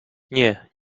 nie